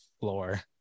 floor